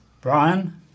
Brian